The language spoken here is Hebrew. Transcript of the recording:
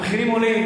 המחירים עולים.